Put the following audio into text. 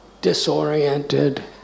disoriented